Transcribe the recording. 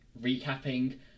Recapping